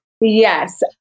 Yes